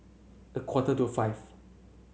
a quarter to five